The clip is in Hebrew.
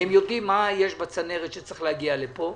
הם יודעים מה יש בצנרת שצריך להגיע לפה,